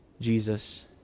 Jesus